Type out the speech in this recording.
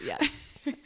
yes